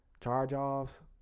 charge-offs